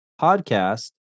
podcast